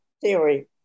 theory